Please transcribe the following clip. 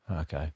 Okay